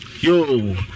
yo